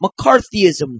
McCarthyism